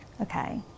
Okay